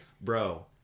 bro